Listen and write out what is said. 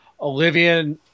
Olivia